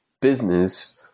business